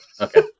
Okay